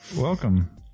Welcome